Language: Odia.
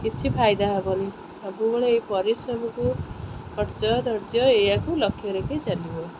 କିଛି ଫାଇଦା ହେବନି ସବୁବେଳେ ଏଇ ପରିଶ୍ରମକୁ ଖର୍ଚ୍ଚ ଧୈର୍ଯ୍ୟ ଏହାକୁ ଲକ୍ଷ୍ୟରଖିକି ଚାଲିବ